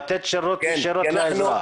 לתת שירות ישירות לאזרח.